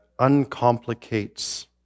uncomplicates